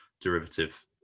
derivative